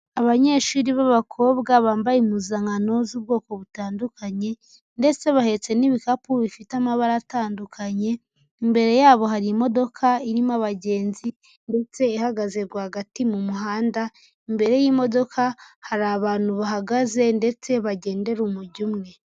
Abanyeshuri b'abakobwa bambaye impuzankano z'ubwoko butandukanye ndetse bahetse n'ibikapu bifite amabara atandukanye, imbere yabo hari imodoka irimo abagenzi ndetse ihagaze rwagati mu muhanda, imbere y'imodoka hari abantu bahagaze ndetse bagendera umujyo umwe.